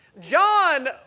John